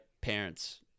parents